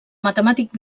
matemàtic